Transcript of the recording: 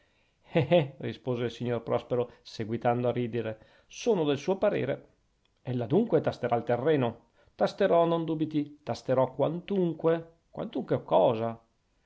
eh rispose il signor prospero seguitando a ridere sono del suo parere ella dunque tasterà il terreno tasterò non dubiti tasterò quantunque quantunque che cosa